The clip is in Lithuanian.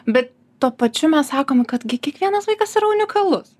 bet tuo pačiu mes sakome kad gi kiekvienas vaikas yra unikalus